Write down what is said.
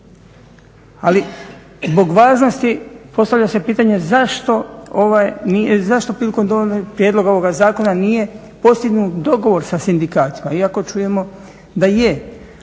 Ali zbog važnosti postavlja se pitanje zašto prilikom prijedloga ovoga zakona nije postignut dogovor sa sindikatima, iako čujemo da je.